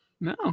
No